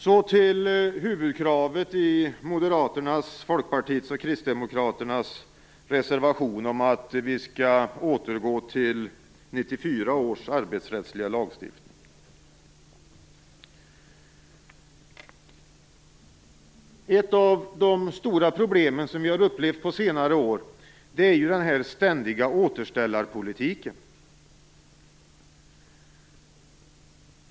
Sedan vill jag övergå till huvudkravet i Moderaternas, Folkpartiets och Kristdemokraternas reservation om att vi skall återgå till 1994 års arbetsrättsliga lagstiftning. Ett av de stora problem vi har upplevt under senare år, är den ständiga återställarpolitiken.